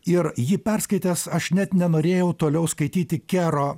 ir jį perskaitęs aš net nenorėjau toliau skaityti kero